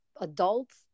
adults